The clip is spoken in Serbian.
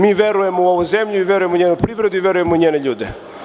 Mi verujemo u ovu zemlju i verujemo u njenu privredu, i verujemo u njene ljude.